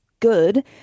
good